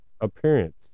appearance